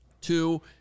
Two